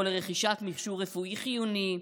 או לרכישת מכשור רפואי חיוני,